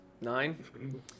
nine